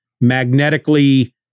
magnetically